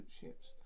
ships